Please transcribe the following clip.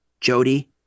jody